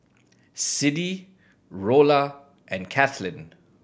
Siddie Rolla and Kathleen